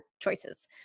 choices